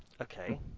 Okay